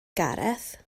gareth